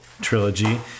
trilogy